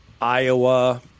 Iowa